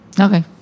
Okay